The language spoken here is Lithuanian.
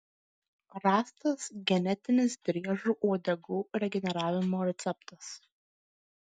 rastas genetinis driežų uodegų regeneravimo receptas